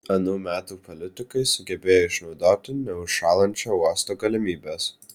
anų metų politikai sugebėjo išnaudoti neužšąlančio uosto galimybes